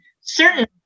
certain